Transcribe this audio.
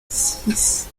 six